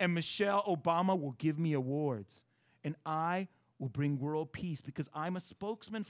and michelle obama will give me awards and i will bring world peace because i'm a spokesman